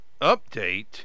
update